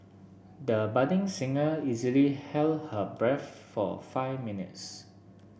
the budding singer easily held her breath for five minutes